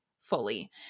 fully